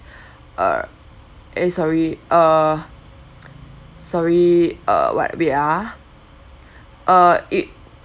err sorry uh sorry uh what wait ah err it